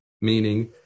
meaning